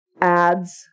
ads